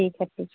ٹھیک ہے ٹھیک